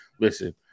Listen